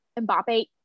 Mbappe